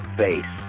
face